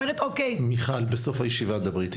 זה מקרה קונקרטי,